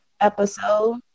episode